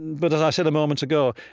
but as i said a moment ago,